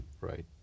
right